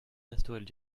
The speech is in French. d’instaurer